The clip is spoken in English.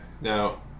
Now